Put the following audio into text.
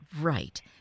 right